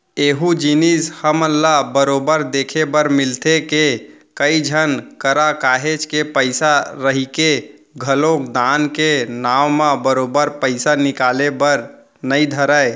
एहूँ जिनिस हमन ल बरोबर देखे बर मिलथे के, कई झन करा काहेच के पइसा रहिके घलोक दान के नांव म बरोबर पइसा निकले बर नइ धरय